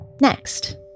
next